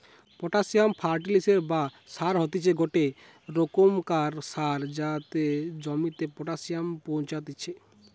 potassium ফার্টিলিসের বা সার হতিছে গটে রোকমকার সার যাতে জমিতে পটাসিয়াম পৌঁছাত্তিছে